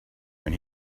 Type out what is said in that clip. when